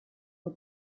for